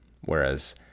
Whereas